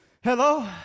Hello